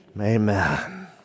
Amen